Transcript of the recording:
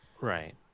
Right